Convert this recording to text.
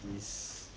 this